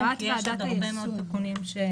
יש עוד הרבה מאוד תיקונים.